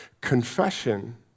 Confession